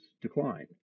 decline